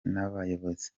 nabayobozi